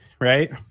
Right